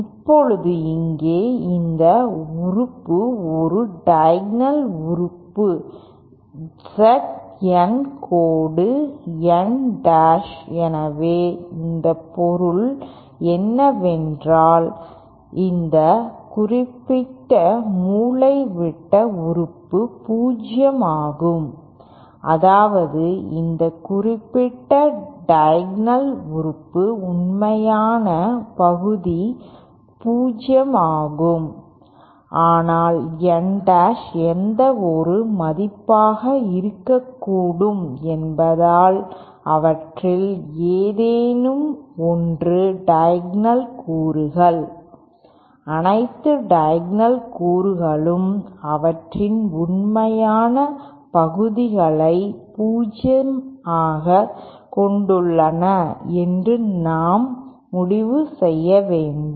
இப்போது இங்கே இந்த உறுப்பு ஒரு டயகோணல் உறுப்பு ZN கோடு N டாஷ் எனவே இதன் பொருள் என்னவென்றால் இந்த குறிப்பிட்ட மூலைவிட்ட உறுப்பு 0 ஆகும் அதாவது இந்த குறிப்பிட்ட டயகோணல் உறுப்பு உண்மையான பகுதி 0 ஆகும் ஆனால் N டாஷ் எந்தவொரு மதிப்பாக இருக்கக்கூடும் என்பதால் அவற்றில் ஏதேனும் ஒன்று டயகோணல் கூறுகள் அனைத்து டயகோணல் கூறுகளும் அவற்றின் உண்மையான பகுதிகளை 0 ஆகக் கொண்டுள்ளன என்று நாம் முடிவு செய்ய வேண்டும்